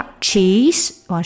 Cheese